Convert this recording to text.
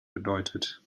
bedeutet